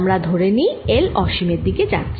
আমরা ধরে নিই L অসীমের দিকে যাচ্ছে